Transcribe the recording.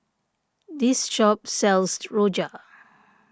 this shop sells Rojak